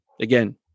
again